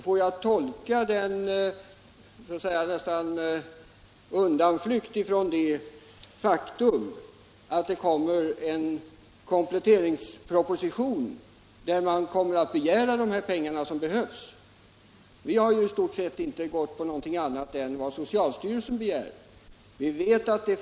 Får jag tolka socialministerns undånflykter så att det i kompletteringspropositionen kommer att föreslås att de medel som behövs ställs till förfogande? Vi har i den socialdemokratiska motionen i stort sett bara föreslagit vad socialstyrelsen begärde på vårdsidan.